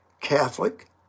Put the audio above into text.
Catholic